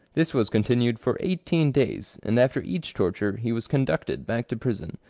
this was continued for eighteen days, and after each torture he was conducted back to prison,